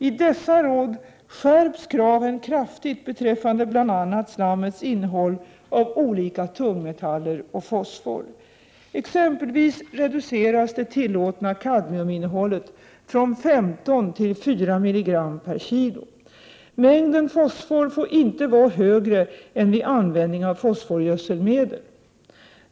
I dessa råd skärps kraven kraftigt beträffande bl.a. slammets innehåll av olika tungmetaller och av fosfor. Det tillåtna kadmiuminnehållet reducerades exempelvis från 15 till 4 mg per kilo. Mängden fosfor får inte vara högre än vid användning av fosforgödselmedel.